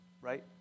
right